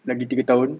lagi tiga tahun